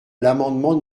l’amendement